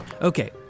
Okay